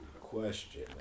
Question